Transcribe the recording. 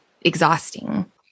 exhausting